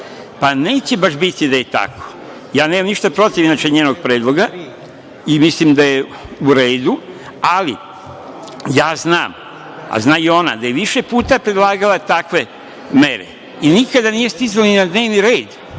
baš biti da je tako. Ja inače nemam ništa protiv njenog predloga i mislim da je u redu, ali ja znam, a zna i ona, da je više puta predlagala takve mere i nikada nisu stizale ni na dnevni red,